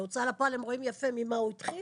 בהוצאה לפועל הם רואים יפה ממה הוא התחיל